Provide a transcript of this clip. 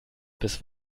bis